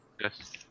Yes